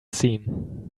seen